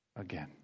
again